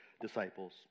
disciples